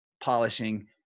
polishing